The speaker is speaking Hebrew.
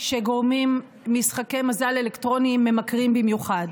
שגורמים משחקי מזל אלקטרוניים ממכרים במיוחד.